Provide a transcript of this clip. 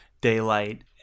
daylight